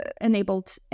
enabled